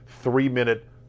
three-minute